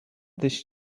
this